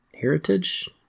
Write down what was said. Heritage